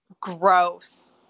Gross